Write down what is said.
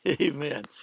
Amen